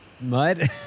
mud